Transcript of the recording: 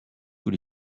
tous